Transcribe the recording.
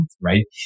right